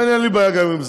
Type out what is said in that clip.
אין לי בעיה גם עם זה,